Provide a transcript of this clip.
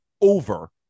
over